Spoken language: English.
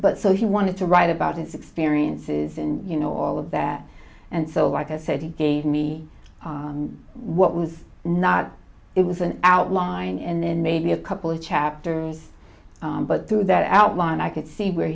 but so he wanted to write about his experiences and you know all of that and so like i said he gave me what was not it was an outline and then maybe a couple of chapters but through that outline i could see where